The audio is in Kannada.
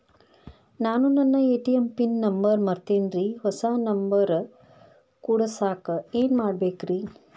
ನಾನು ನನ್ನ ಎ.ಟಿ.ಎಂ ಪಿನ್ ನಂಬರ್ ಮರ್ತೇನ್ರಿ, ಹೊಸಾ ನಂಬರ್ ಕುಡಸಾಕ್ ಏನ್ ಮಾಡ್ಬೇಕ್ರಿ?